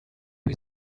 was